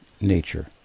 nature